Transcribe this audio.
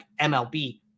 MLB